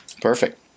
perfect